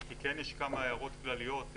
כי כן יש כמה הערות כלליות.